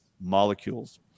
molecules